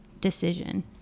decision